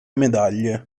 medaglie